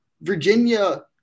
Virginia